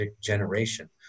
generation